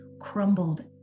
crumbled